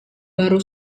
baru